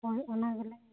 ᱦᱳᱭ ᱚᱱᱟ ᱜᱮᱞᱤᱧ ᱢᱮᱱ ᱮᱫᱟ